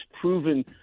proven